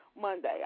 Monday